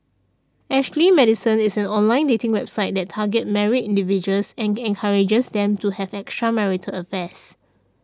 Ashley Madison is an online dating website that targets married individuals and encourages them to have extramarital affairs